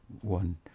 one